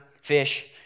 fish